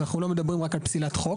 אז אנחנו לא מדברים רק על פסילת חוק.